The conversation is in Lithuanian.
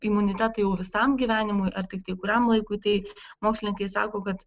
imunitetą jau visam gyvenimui ar tiktai kuriam laikui tai mokslininkai sako kad